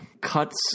cuts